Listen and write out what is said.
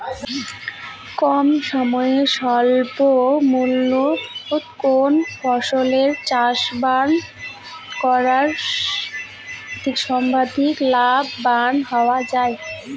কম সময়ে স্বল্প মূল্যে কোন ফসলের চাষাবাদ করে সর্বাধিক লাভবান হওয়া য়ায়?